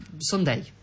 Sunday